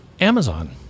Amazon